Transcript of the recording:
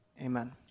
amen